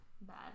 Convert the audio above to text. bad